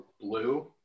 Blue